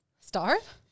Starve